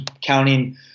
counting